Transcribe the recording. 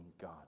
God